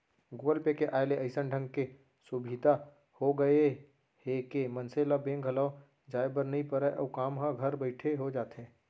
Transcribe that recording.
Google Pay के आय ले अइसन ढंग के सुभीता हो गए हे के मनसे ल बेंक घलौ जाए बर नइ परय अउ काम ह घर बइठे हो जाथे